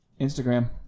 Instagram